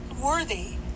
worthy